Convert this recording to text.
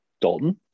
Dalton